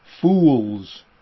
fools